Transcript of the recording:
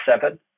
seven